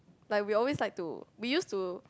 like we always like to we used to